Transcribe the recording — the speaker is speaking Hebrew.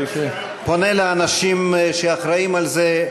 פונה לאנשים שאחראים לזה,